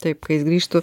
taip kai grįžtu